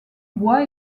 bois